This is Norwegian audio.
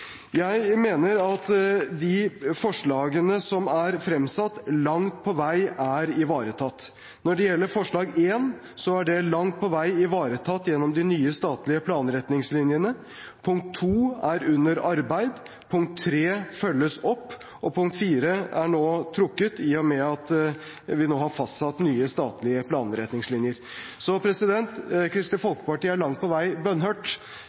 Jeg mener at de forslagene som er fremsatt, langt på vei er ivaretatt. Når det gjelder forslag nr. 1, er det langt på vei ivaretatt gjennom de nye statlige planretningslinjene. Forslag nr. 2 er under arbeid, forslag nr. 3 følges opp, og forslag nr. 4 er nå trukket, i og med at vi nå har fastsatt nye statlige planretningslinjer. Så Kristelig Folkeparti er langt på vei bønnhørt